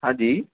हांजी